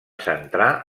centrar